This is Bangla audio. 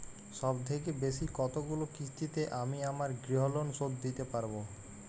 সবথেকে বেশী কতগুলো কিস্তিতে আমি আমার গৃহলোন শোধ দিতে পারব?